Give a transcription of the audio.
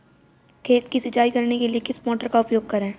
खेत में सिंचाई करने के लिए किस मोटर का उपयोग करें?